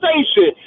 station